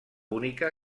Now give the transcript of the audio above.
única